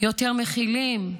יותר מכילים.